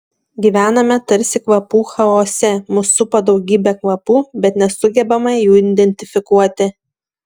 gyvename tarsi kvapų chaose mus supa daugybė kvapų bet nesugebame jų identifikuoti